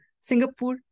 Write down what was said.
Singapore